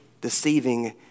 deceiving